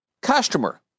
customer